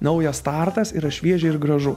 naujas startas yra šviežia ir gražu